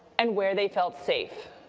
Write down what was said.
and where they felt safe.